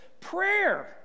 prayer